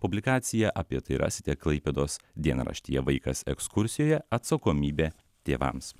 publikacija apie tai rasite klaipėdos dienraštyje vaikas ekskursijoje atsakomybė tėvams